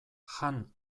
jan